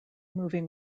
moving